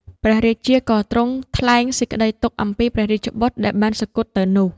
ព្រះរាជាក៏ទ្រង់ថ្លែងសេចក្ដីទុក្ខអំពីព្រះរាជបុត្រដែលបានសុគត់ទៅនោះ។